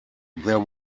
there